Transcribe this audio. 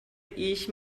ich